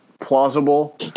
plausible